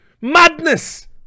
madness